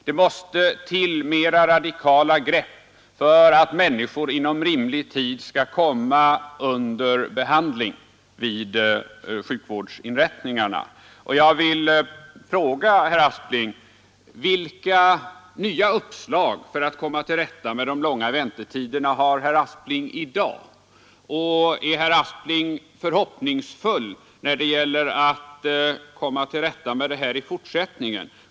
Det måste till mera radikala grepp för att människor inom rimlig tid skall komma under behandling vid sjukvårdsinrättningarna. Jag vill fråga herr Aspling: Vilka nya uppslag för att komma till rätta med de långa väntetiderna har herr Aspling i dag? Är herr Aspling förhoppningsfull när det gäller att komma till rätta med dessa väntetider i fortsättningen?